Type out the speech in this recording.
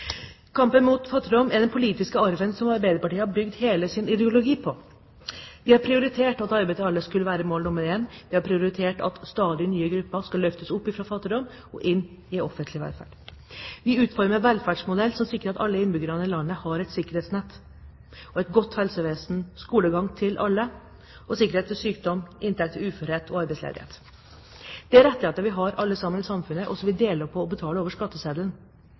Kampen mot fattigdom er den politiske arven som Arbeiderpartiet har bygd hele sin ideologi på. Vi har prioritert at arbeid til alle skulle være mål nr. 1, vi har prioritert at stadig nye grupper skal løftes ut av fattigdom og inn i offentlig velferd. Vi utformer en velferdsmodell som sikrer at alle innbyggerne i landet har et sikkerhetsnett i form av et godt helsevesen, at det er skolegang for alle, at man har sikkerhet ved sykdom og inntekt ved uførhet og arbeidsledighet. Det er rettigheter vi alle sammen har i samfunnet, og som vi deler på å betale